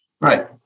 Right